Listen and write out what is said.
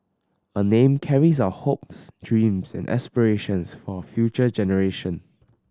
a name carries our hopes dreams and aspirations for future generation